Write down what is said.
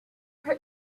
her